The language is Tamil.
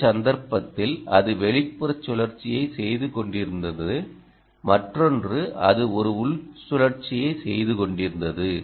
ஒரு சந்தர்ப்பத்தில் அது வெளிப்புற சுழற்சியைச் செய்து கொண்டிருந்தது மற்றொன்று அது ஒரு உள் சுழற்சியைச் செய்து கொண்டிருந்தது